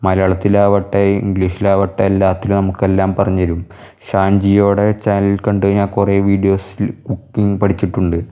മലയാളത്തിലാവട്ടെ ഇംഗ്ലീഷിലാവട്ടെ എല്ലാത്തിലും നമുക്ക് എല്ലാം പറഞ്ഞ് തരും ഷാൻ ജിയോയുടെ ചാനൽ കണ്ടു കഴിഞ്ഞാൽ കുറേ വീഡിയോസിൽ കുക്കിങ്ങ് പഠിച്ചിട്ടുണ്ട്